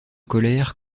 colère